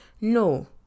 No